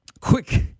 quick